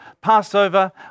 Passover